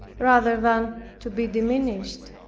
rather than to be diminished.